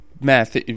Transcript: math